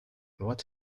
what